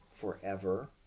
forever